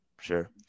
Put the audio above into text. sure